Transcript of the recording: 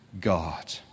God